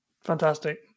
Fantastic